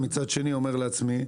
ומצד שני אומר לעצמי,